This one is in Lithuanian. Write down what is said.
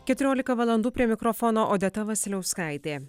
keturiolika valandų prie mikrofono odeta vasiliauskaitė